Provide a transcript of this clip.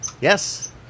Yes